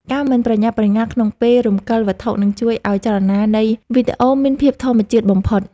ការមិនប្រញាប់ប្រញាល់ក្នុងពេលរំកិលវត្ថុនឹងជួយឱ្យចលនានៃវីដេអូមានភាពធម្មជាតិបំផុត។